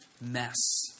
mess